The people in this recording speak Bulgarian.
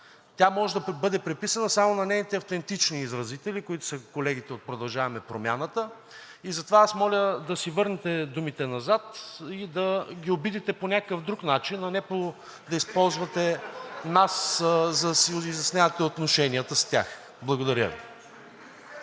Тя може да бъде приписана само на нейните автентични изразители, които са колегите от „Продължаваме Промяната“. Затова моля да си върнете думите назад и да ги обидите по някакъв друг начин, а не да използвате нас, за да си изяснявате отношенията с тях. Благодаря Ви.